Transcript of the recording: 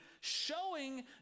showing